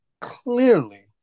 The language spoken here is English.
clearly